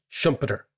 Schumpeter